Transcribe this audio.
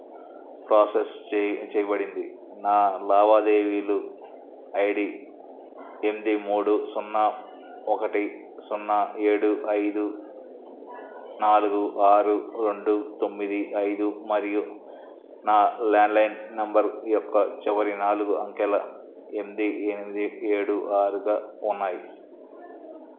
process చెయ్ చేయబడింది నా లావాదేవీలు ఐ డి ఎనిమిది మూడు సున్నా ఒకటి సున్నా ఏడు ఐదు నాలుగు ఆరు రెండు తొమ్మిది ఐదు మరియు నా ల్యాండ్లైన్ నంబరు యొక్క చివరి నాలుగు అంకెల ఎనిమిది ఎనిమిది ఏడు ఆరుగా ఉన్నాయి